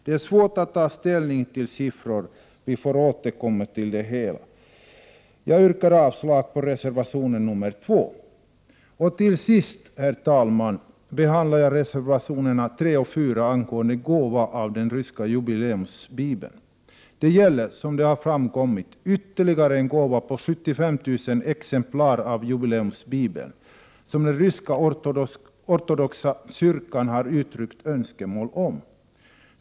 Det är svårt att ta ställning till siffror. Vi får återkomma till det hela. Jag yrkar avslag på reservation 2. Till sist, herr talman, behandlar jag reservationerna 3 och 4 angående gåva av den ryska jubileumsbibeln. Det gäller, som det har framkommit, ytterligare en gåva av 75 000 exemplar av jubileumsbibeln som den ryska ortodoxa kyrkan har uttryckt 101 önskemål om.